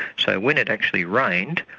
so when it actually rained,